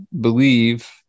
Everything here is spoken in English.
believe